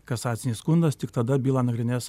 kasacinis skundas tik tada bylą nagrinės